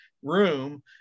room